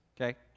okay